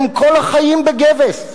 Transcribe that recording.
הם כל החיים בגבס.